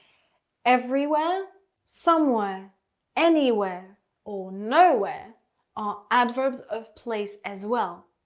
everywhere somewhere anywhere or nowhere are adverbs of place as well.